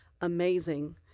amazing